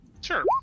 Sure